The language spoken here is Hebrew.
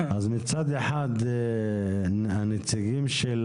אז מצד אחד, הנציגים של